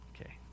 Okay